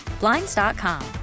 blinds.com